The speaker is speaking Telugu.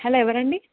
హలో ఎవరండి